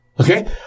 Okay